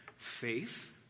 Faith